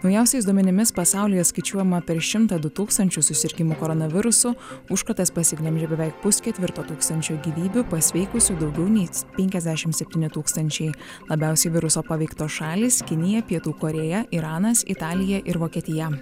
naujausiais duomenimis pasaulyje skaičiuojama per šimtą du tūkstančius susirgimų koronavirusu užkratas pasiglemžė beveik pusketvirto tūkstančio gyvybių pasveikusių daugiau nei penkiasdešimt septyni tūkstančiai labiausiai viruso paveiktos šalys kinija pietų korėja iranas italija ir vokietija